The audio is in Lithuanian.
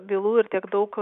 bylų ir tiek daug